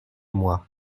moi